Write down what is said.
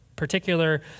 particular